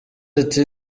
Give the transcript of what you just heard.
ati